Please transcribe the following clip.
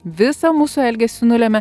visą mūsų elgesį nulemia